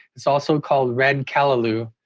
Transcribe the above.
it's also called red callaloo,